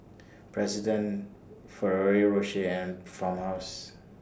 President Ferrero Rocher and Farmhouse